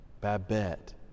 Babette